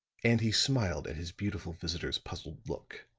and he smiled at his beautiful visitor's puzzled look,